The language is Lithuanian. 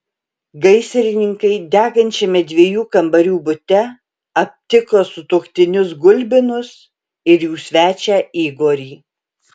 gaisrininkai degančiame dviejų kambarių bute aptiko sutuoktinius gulbinus ir jų svečią igorį